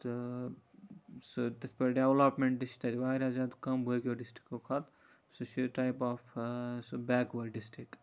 تہٕ سُہ ڈیٚولَپمنٹ چھِ تَتہِ واریاہ زیادٕ کم باقیَو ڈِسٹرکو کھۄتہٕ سُہ چھِ ٹایپ آف سُہ بیکوٲڑ ڈِسٹرک